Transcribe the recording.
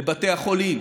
לבתי החולים,